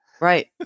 Right